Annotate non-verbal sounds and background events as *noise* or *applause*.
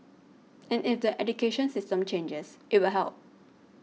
*noise* and if the education system changes it will help